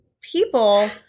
people